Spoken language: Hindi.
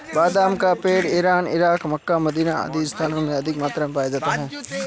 बादाम का पेड़ इरान, इराक, मक्का, मदीना आदि स्थानों में अधिक मात्रा में पाया जाता है